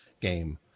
game